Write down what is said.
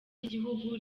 igihugu